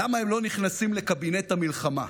למה הם לא נכנסים לקבינט המלחמה,